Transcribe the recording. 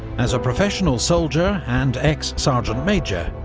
as a professional soldier and ex-sergeant major,